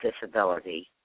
disability